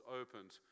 opened